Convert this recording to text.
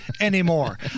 anymore